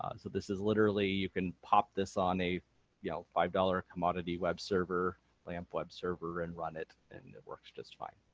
so this is literally, you can pop this on a yeah five dollars commodity web server lamp web server and run it and it works just fine.